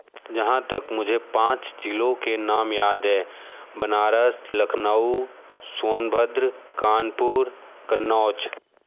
जहाँ तक मुझे पाँच ज़िलों के नाम याद हैं बनारस लखनऊ सोनभद्र कानपुर कन्नौज